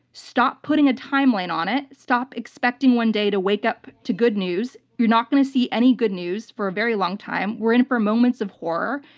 stop putting a timeline on it. stop expecting one day to wake up to good news. you're not going to see any good news for a very long time. we're in for moments of horror.